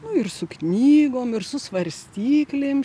nu ir su knygom ir su svarstyklėm